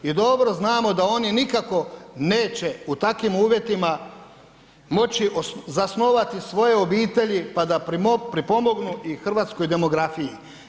I dobro znamo da oni nikako neće u takvim uvjetima moći zasnovati svoje obitelji pa da pripomognu i hrvatskoj demografiji.